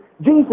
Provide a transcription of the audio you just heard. Jesus